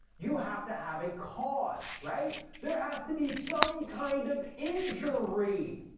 you have to have a cause, right? there has to be some kind of injury.